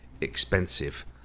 expensive